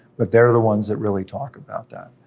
but they're the ones that really talk about that.